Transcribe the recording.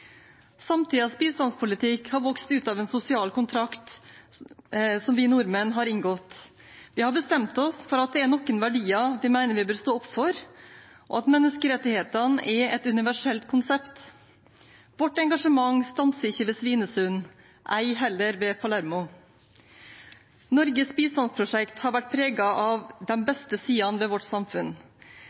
Samtidens bistandspolitikk har vokst ut av en sosial kontrakt som vi nordmenn har inngått. Vi har bestemt oss for at det er noen verdier vi mener vi bør stå opp for, og at menneskerettighetene er et universelt konsept. Vårt engasjement stanser ikke ved Svinesund, ei heller ved Palermo. Norges bistandsprosjekt har vært preget av de beste sidene ved vårt samfunn,